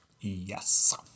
Yes